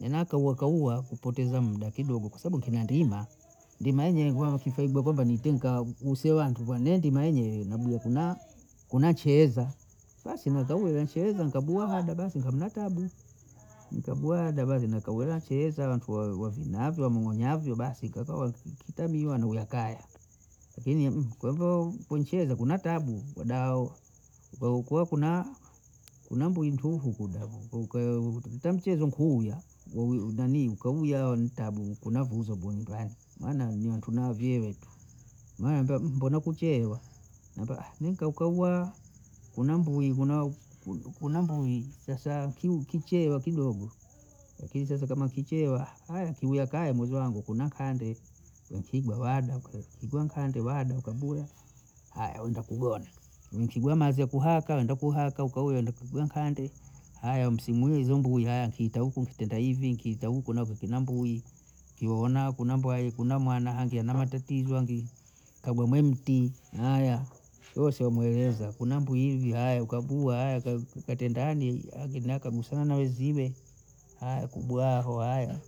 ninakau kaua kupoteza muda kidogo kwa sabu nkeneandima, ndima nyenye wanakifua igokoga niteukau, use wantu bana nendima yenye mablokumaa unacheza, basi mwakaule waloncheza nikabwa hada basi kamna tabu, nikwaba hada pale nikaula cheza, fua wavinaa vya mamonyavyo, basi kakawa kitabiwa ndo yakaya, kini kwaivyo kuncheza kuna tabu wadao, kuwe kuna, kuna mbwintuhu kuda, ukau utakucheza nkuuya benii, kauyao ntabu, kuna kuuza boni pale, maana ni watu na vyee tu, maana ndawaambia mbona kucheewa, nambia mi nkakauwa kuna mbui kuna kuna mbui sasa kiu ukicheewa kidogo, yakini sasa kama ukicheewa aya kibhia kaya mwezi wangu kuna kande, wenkiba wada, kae kikwa nkande wada ukabuya, aya wenda kugona nkigwa maze kuhaka enda kuhaka ukauwe wende kugwa nkande, haya msimu wa hizo mbuya kita huku kitaenda hivi kitahuku nako kinambui, kioona kuna mbwai kuna mwana, hange na matatizo hange, kabwa mwemtii haya wesabu mueleza kuna mbui hivi haya ukabuha aya ukatendaje age miaka mu sanilaizi ibhe, aya kubwaho aya